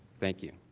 thank you.